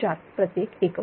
004 प्रत्येक एकक